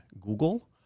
Google